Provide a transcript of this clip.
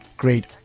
Great